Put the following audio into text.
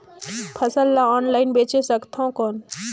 फसल ला ऑनलाइन बेचे सकथव कौन?